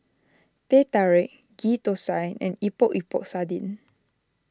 Teh Tarik Ghee Thosai and Epok Epok Sardin